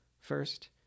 First